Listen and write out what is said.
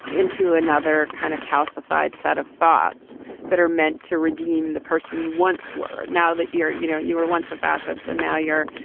into another kind of calcified set of thoughts that are meant to redeem the person you once were. now that, you know, you were once a fascist and now you're,